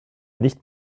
nicht